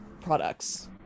products